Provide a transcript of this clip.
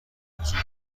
وجود